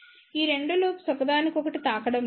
ఈ 2 లూప్స్ ఒకదానికొకటి తాకడం లేదు